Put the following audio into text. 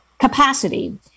capacity